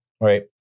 right